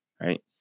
right